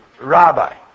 rabbi